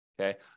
okay